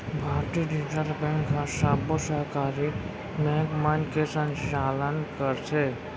भारतीय reserve bank ह सबो सहकारी बेंक मन के संचालन करथे